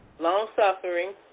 Long-suffering